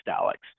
Alex